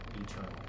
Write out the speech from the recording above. eternal